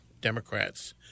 Democrats